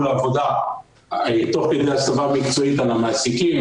לעבודה תוך כדי הסבה מקצועית על המעסיקים.